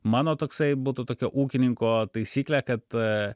mano toksai būtų tokia ūkininko taisyklė kad